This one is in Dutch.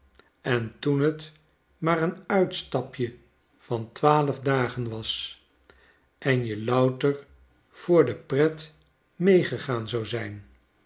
en toen het maar een uitstapje b van twaalf dagen was en je louter voor de pret meegegaan zou zijn